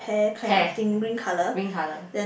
pear green color